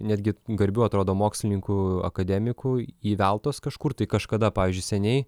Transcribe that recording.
netgi garbių atrodo mokslininkų akademikų įveltos kažkur tai kažkada pavyzdžiui seniai